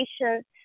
patience